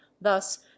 thus